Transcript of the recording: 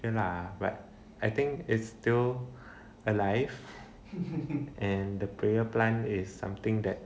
okay lah but I think it's still alive and the prayer plant is something that